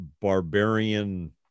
barbarian